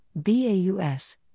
BAUS